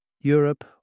Europe